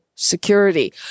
Security